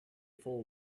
full